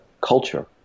culture